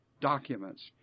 documents